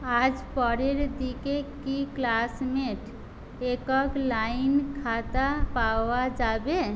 আজ পরের দিকে কি ক্লাসমেট একক লাইন খাতা পাওয়া যাবে